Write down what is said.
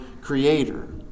creator